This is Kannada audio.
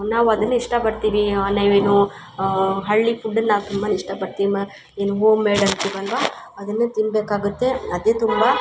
ನಾವು ಅದನ್ನೇ ಇಷ್ಟ ಪಡ್ತೀವಿ ಆ ನಾವೇನು ಹಳ್ಳಿ ಫುಡನ್ನು ನಾವು ತುಂಬ ಇಷ್ಟ ಪಡ್ತೀವಿ ಮ ಏನು ಹೋಮ್ ಮೇಡ್ ಅಂತೀವಲ್ವ ಅದನ್ನೇ ತಿನ್ಬೇಕಾಗುತ್ತೆ ಅದೇ ತುಂಬ